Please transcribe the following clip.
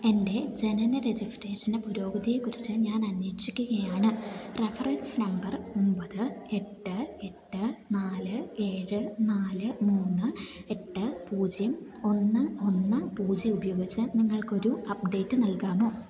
എൻ്റെ ജനന രജിസ്ട്രേഷൻ്റെ പുരോഗതിയെക്കുറിച്ച് ഞാൻ അന്വേഷിക്കുകയാണ് റഫറൻസ് നമ്പർ ഒമ്പത് എട്ട് എട്ട് നാല് ഏഴ് നാല് മൂന്ന് എട്ട് പൂജ്യം ഒന്ന് ഒന്ന് പൂജ്യം ഉപയോഗിച്ച് നിങ്ങൾക്ക് ഒരു അപ്ഡേറ്റ് നൽകാമോ